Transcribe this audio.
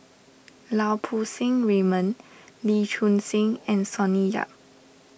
Lau Poo Seng Raymond Lee Choon Seng and Sonny Yap